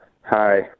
Hi